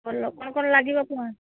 ଭଲ କ'ଣ କ'ଣ ଲାଗିବ କୁହ